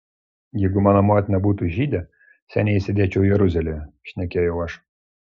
jeigu mano motina būtų žydė seniai sėdėčiau jeruzalėje šnekėjau aš